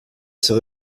ces